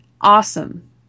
awesome